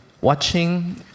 watching